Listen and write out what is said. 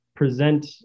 present